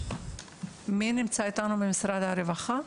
נציגת משרד הרווחה,